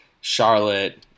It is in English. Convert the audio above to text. Charlotte